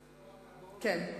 כן.